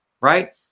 right